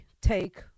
take